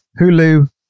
Hulu